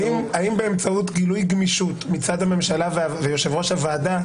האם באמצעות גילוי גמישות מצד הממשלה ויושב-ראש הוועדה,